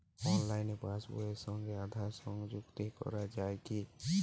অনলাইনে পাশ বইয়ের সঙ্গে আধার সংযুক্তি করা যায় কি?